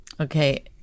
Okay